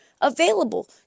available